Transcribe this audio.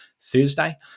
Thursday